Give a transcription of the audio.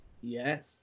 Yes